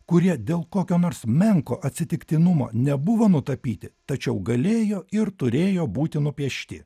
kurie dėl kokio nors menko atsitiktinumo nebuvo nutapyti tačiau galėjo ir turėjo būti nupiešti